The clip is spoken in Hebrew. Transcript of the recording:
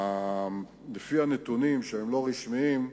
לפי הנתונים, שהם לא רשמיים,